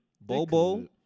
Bobo